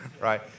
right